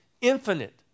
infinite